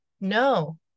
no